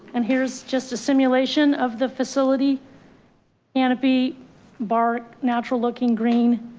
and here's just a simulation of the facility and to be bart, natural, looking green,